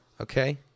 Okay